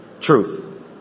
Truth